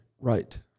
Right